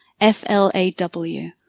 F-L-A-W